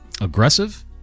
aggressive